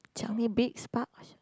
Changi Beach park